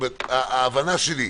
ההבנה שלי.